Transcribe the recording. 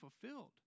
fulfilled